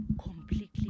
completely